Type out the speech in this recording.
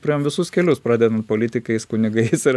praėjom visus kelius pradedant politikais kunigais ir